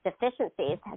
deficiencies